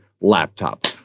Laptop